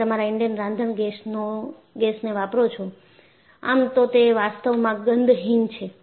તમે તમારા ઈન્ડેન રાંધણ ગેસને વાપરો છો આમ તો તે વાસ્તવમાં ગંધહીન છે